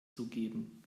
zugeben